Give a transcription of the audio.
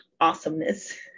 awesomeness